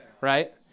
right